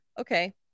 Okay